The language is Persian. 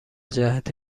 جهت